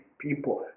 people